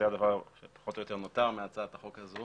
זה הדבר שפחות או יותר נותר מהצעת החוק הזו